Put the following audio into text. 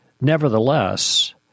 Nevertheless